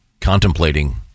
contemplating